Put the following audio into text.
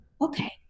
Okay